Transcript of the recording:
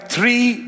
Three